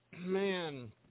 Man